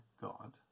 God